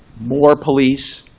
more police,